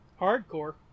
hardcore